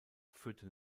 führte